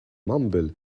mumble